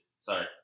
Sorry